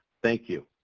thank you.